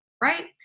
Right